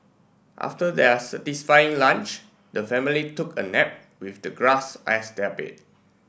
after their satisfying lunch the family took a nap with the grass as their bed